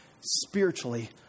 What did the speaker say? spiritually